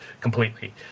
completely